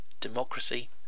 Democracy